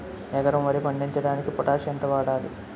ఎకరం వరి పండించటానికి పొటాష్ ఎంత వాడాలి?